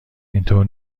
اینطور